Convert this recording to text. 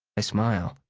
i smile.